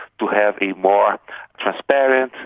to have a more transparent,